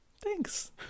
Thanks